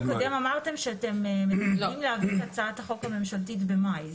אבל בדיון הקודם אמרתם שאתם מתכוונים להביא את הצעת החוק הממשלתית במאי,